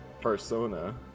persona